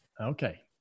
Okay